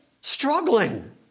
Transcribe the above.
struggling